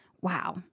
Wow